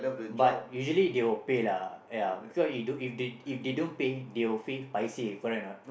but usually they will pay lah ya because if don't if they if they don't pay they will feel paiseh correct or not